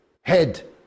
head